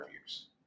years